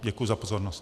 Děkuji za pozornost.